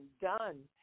done